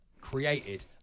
created